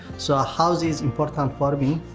so a house is important for me.